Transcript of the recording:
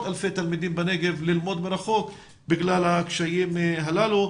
אלפי תלמידים בנגב ללמוד מרחוק בגלל הקשיים הללו.